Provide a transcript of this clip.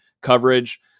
coverage